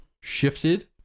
shifted